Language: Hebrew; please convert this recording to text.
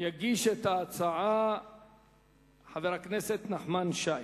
יגיש את ההצעה חבר הכנסת נחמן שי.